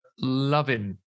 loving